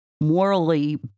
morally